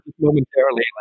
momentarily